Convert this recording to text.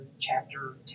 chapter